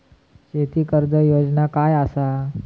शेती कर्ज योजना काय असा?